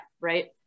right